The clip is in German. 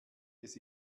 des